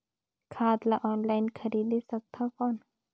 खाद ला ऑनलाइन खरीदे सकथव कौन?